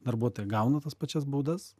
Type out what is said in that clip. darbuotojai gauna tas pačias baudas